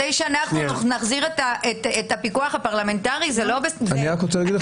כדי שאנחנו נחזיר את הפיקוח הפרלמנטרי אנחנו לא מבינים?